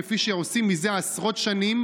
כפי שעושים מזה עשרות שנים,